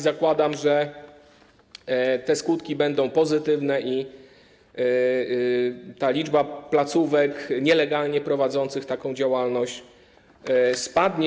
Zakładam, że te skutki będą pozytywne i liczba placówek nielegalnie prowadzących taką działalność spadnie.